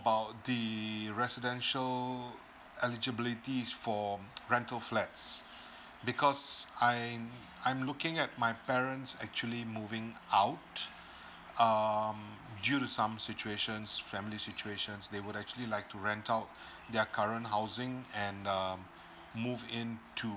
about the residential eligibilities for rental flats because I'm I'm looking at my parents actually moving out um due to some situations family situations they would actually like to rent out their current housing and um move in to